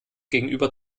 gegenüber